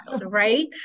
Right